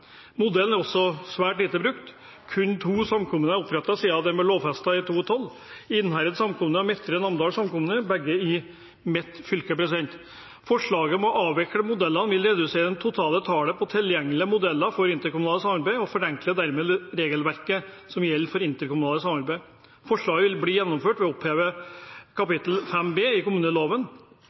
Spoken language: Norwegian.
Modellen er også svært lite brukt. Kun to samkommuner er opprettet siden det ble lovfestet i 2012, Innherred samkommune og Midtre Namdal samkommune, begge i mitt fylke. Forslaget om å avvikle modellen vil redusere det totale tallet på tilgjengelige modeller for interkommunalt samarbeid og forenkler dermed regelverket som gjelder for interkommunalt samarbeid. Forslaget vil bli gjennomført ved å oppheve kapittel 5 B i kommuneloven.